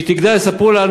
וכשהיא תגדל יספרו לה,